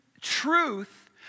truth